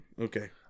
Okay